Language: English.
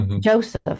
Joseph